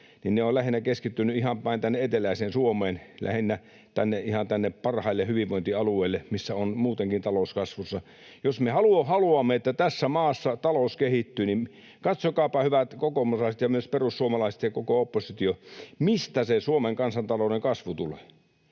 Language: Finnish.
niin ne ovat lähinnä keskittyneet ihan vain tänne eteläiseen Suomeen, lähinnä ihan tänne parhaille hyvinvointialueille, missä on muutenkin talous kasvussa. Jos me haluamme, että tässä maassa talous kehittyy, niin katsokaapa, hyvät kokoomuslaiset ja myös perussuomalaiset ja koko oppositio, mistä se Suomen kansantalouden kasvu tulee.